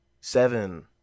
seven